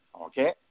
Okay